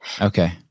Okay